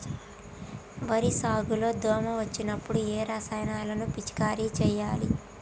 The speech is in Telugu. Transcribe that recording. వరి సాగు లో దోమ వచ్చినప్పుడు ఏ రసాయనాలు పిచికారీ చేయాలి?